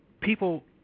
People